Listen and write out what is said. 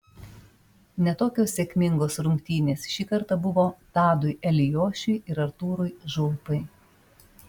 ne tokios sėkmingos rungtynės šį kartą buvo tadui eliošiui ir artūrui žulpai